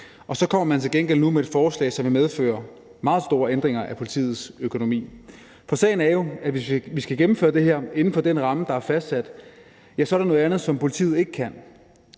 og så kommer man til gengæld nu med et forslag, som vil medføre meget store ændringer af politiets økonomi. For sagen er jo, at hvis vi skal gennemføre det her inden for den ramme, der er fastsat, ja, så er der noget andet, som politiet ikke kan,